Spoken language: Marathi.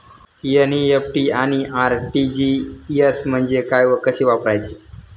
एन.इ.एफ.टी आणि आर.टी.जी.एस म्हणजे काय व कसे वापरायचे?